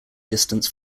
distance